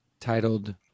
titled